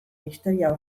historia